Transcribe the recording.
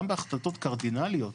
גם בהחלטות קרדינליות,